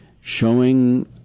showing